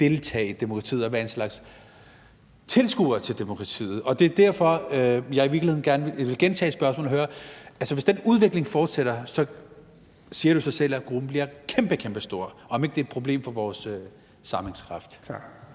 deltage i demokratiet, men være en slags tilskuer til demokratiet. Det er derfor, jeg i virkeligheden gerne vil gentage spørgsmålet: Hvis den udvikling fortsætter, siger det sig selv, at gruppen bliver kæmpe, kæmpe stor, og er det ikke et problem for vores sammenhængskraft? Kl.